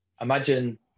imagine